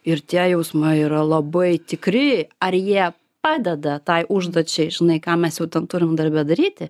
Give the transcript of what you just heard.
ir tie jausmai yra labai tikri ar jie padeda tai užduočiai žinai ką mes jau ten turim darbe daryti